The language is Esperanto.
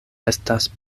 estas